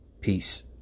Peace